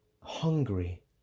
hungry